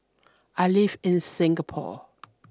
I live in Singapore